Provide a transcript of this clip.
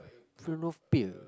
beer